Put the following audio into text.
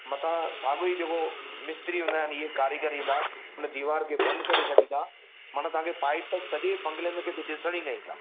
मथां सॻो ई जेको मिस्त्री हूंदा आइनि इहे कारीगर ईंदा उन दीवार खे बंद करे छॾींदा माना तांखे पाइप सॼे बंगले में किथे ॾिसणु ई न ईंदा